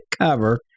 cover